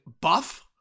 Buff